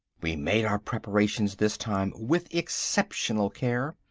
we made our preparations this time with exceptional care,